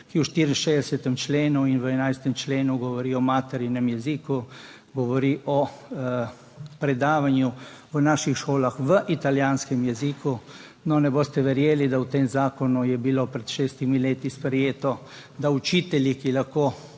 - 10.45** (nadaljevanje) govori o materinem jeziku, govori o predavanju v naših šolah v italijanskem jeziku. No, ne boste verjeli, da v tem zakonu je bilo pred šestimi leti sprejeto, da je učiteljem, ki lahko